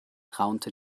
raunte